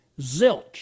zilch